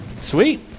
Sweet